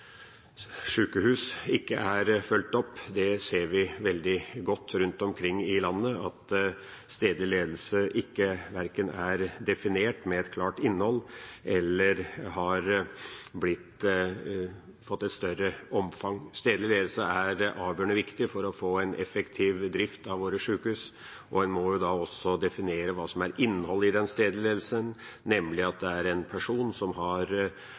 sjukehus, ikke er fulgt opp. Vi ser veldig godt rundt omkring i landet at stedlig ledelse verken er definert med et klart innhold eller har fått et større omfang. Stedlig ledelse er avgjørende viktig for å få en effektiv drift av våre sjukehus. En må da også definere hva som er innholdet i den stedlige ledelsen, nemlig at det er en person som har